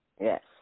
Yes